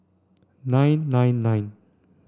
nine nine nine